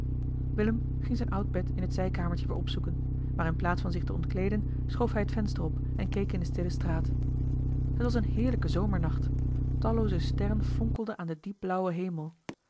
zijn oud bed in het zijkamertje weer opzoeken maar in plaats van zich te ontkleeden schoof hij het venster op en keek in de stille straat het was een heerlijke zomernacht tallooze stereli heimans willem roda ren fonkelden aan den diep blauwen hemel